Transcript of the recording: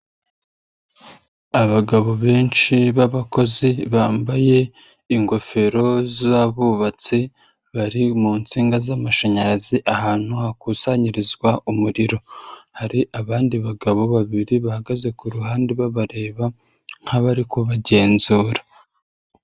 Abagabo benshi b'abakozi bambaye ingofero z'abubatsi, bari mu nsinga z'amashanyarazi, ahantu hakusanyirizwa umuriro, hari abandi bagabo babiri bahagaze ku ruhande babareba nk'abari kubagenzura.